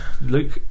Luke